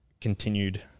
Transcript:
continued